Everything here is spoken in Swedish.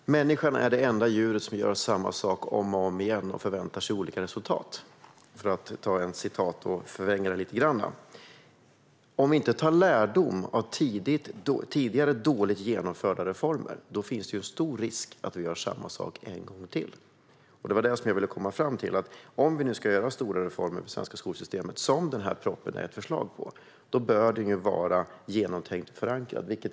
Fru talman! Människan är det enda djur som gör samma sak om och om igen och förväntar sig olika resultat, för att förvränga ett citat. Om vi inte drar lärdom av tidigare dåligt genomförda reformer finns det stor risk att vi gör samma sak en gång till. Det var det som jag ville komma fram till. Om vi nu ska göra stora reformer i det svenska skolsystemet, som föreslås i denna proposition, bör de vara genomtänkta och förankrade.